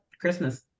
Christmas